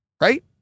right